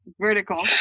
vertical